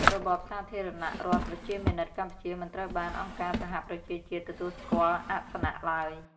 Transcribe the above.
របបសាធារណរដ្ឋប្រជាមានិតកម្ពុជា មិនត្រូវបានអង្គការសហប្រជាជាតិទទួលស្គាល់អាសនៈឡើយ។